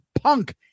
punk